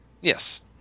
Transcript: Yes